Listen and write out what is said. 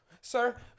sir